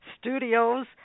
studios